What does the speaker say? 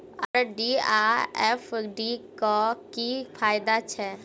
RD आ FD क की फायदा छै?